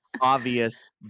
obvious